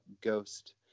ghost